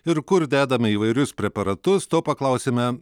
ir kur dedame įvairius preparatus to paklausėme